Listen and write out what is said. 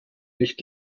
nicht